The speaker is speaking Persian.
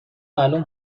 معلوم